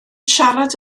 siarad